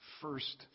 first